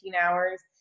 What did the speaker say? hours